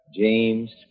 James